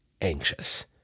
anxious